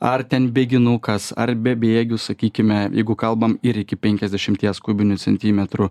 ar ten bėginukas ar be bėgių sakykime jeigu kalbam ir iki penkiasdešimties kubinių centimetrų